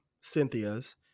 Cynthia's